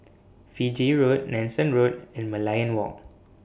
Fiji Road Nanson Road and Merlion Walk